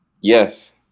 Yes